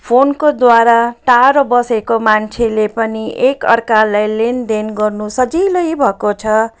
फोनको द्वारा टाढो बसेको मान्छेले पनि एकाअर्काले लेनदेन गर्नु सजिलै भएको छ